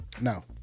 No